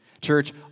Church